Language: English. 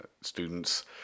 students